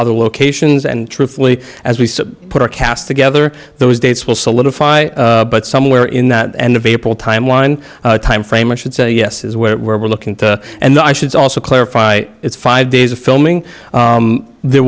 other locations and truthfully as we put our cast together those dates will solidify but somewhere in that end of april timeline timeframe i should say yes is where we're looking and i should also clarify it's five days of filming there